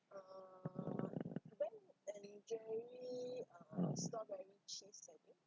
mm